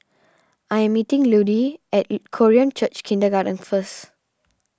I am meeting Ludie at Korean Church Kindergarten first